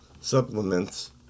supplements